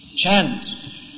chant